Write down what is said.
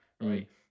Right